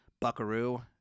buckaroo